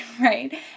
right